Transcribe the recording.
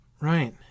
Right